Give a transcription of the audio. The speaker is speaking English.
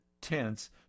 tense